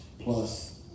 plus